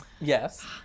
yes